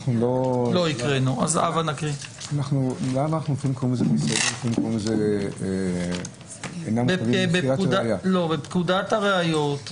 1. בפקודת הראיות ,